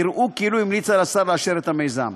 יראו כאילו המליצה לשר לאשר את המיזם.